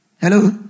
Hello